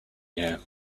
here